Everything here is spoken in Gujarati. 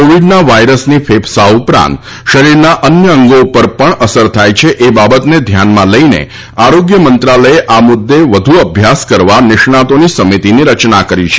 કોવીડના વાયરસની ફેફસા ઉપરાંત શરીરના અન્ય અંગો ઉપર પણ અસર થાય છે એ બાબતને ધ્યાનમાં લઈને આરોગ્ય મંત્રાલયે આ મુદ્દે વધુ અભ્યાસ કરવા નિષ્ણાંતોની સમિતીની રચના કરી છે